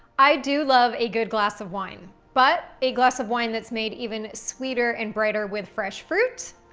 i do love a good glass of wine, but a glass of wine that's made even sweeter and brighter with fresh fruit,